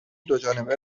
دوجانبه